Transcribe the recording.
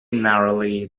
narrowly